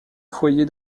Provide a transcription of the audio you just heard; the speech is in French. foyer